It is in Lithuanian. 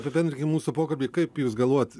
apibendrinkim mūsų pokalbį kaip jūs galvojat